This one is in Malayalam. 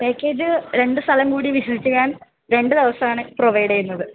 പാക്കേജ് രണ്ട് സ്ഥലം കൂടി വിസിറ്റ് ചെയ്യാൻ രണ്ട് ദിവസം ആണ് പ്രൊവൈഡ് ചെയ്യുന്നത്